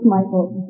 Michael